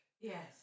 Yes